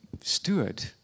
steward